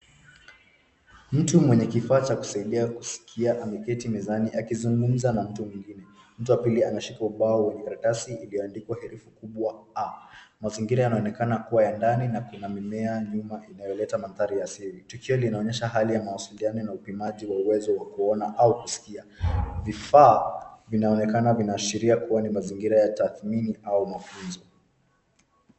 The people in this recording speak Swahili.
Mtu mwenye kifaa cha kusaidia kusikia ameketi mezani akizungumza na mtu mwingine. Mtu wa pili anashika ubao na karatasi iliyoandikwa herufi kubwa A. Mazingira yanaonekana kuwa ya ndani na kuna mimea nyuma inayoleta mandhari asili. Tukio linaonyesha hali ya mawasiliano na upimaji wa uwezo wa kuona au kusikia. Vifaa vinaonekana vinaashiria kuwa ni mazingira ya tathmini au mafunzo.